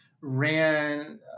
ran